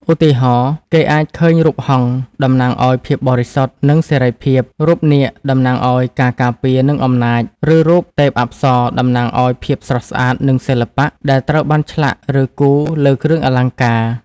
ឧទាហរណ៍ គេអាចឃើញរូបហង្ស (តំណាងឱ្យភាពបរិសុទ្ធ និងសេរីភាព) រូបនាគ (តំណាងឱ្យការការពារ និងអំណាច) ឬរូបទេពអប្សរ (តំណាងឱ្យភាពស្រស់ស្អាត និងសិល្បៈ) ដែលត្រូវបានឆ្លាក់ ឬគូរលើគ្រឿងអលង្ការ។